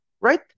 right